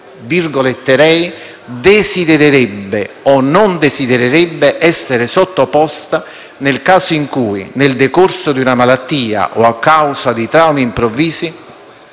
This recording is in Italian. ai quali «desidererebbe o non desidererebbe essere sottoposta nel caso in cui, nel decorso di una malattia o a causa di traumi improvvisi,